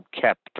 kept